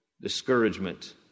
discouragement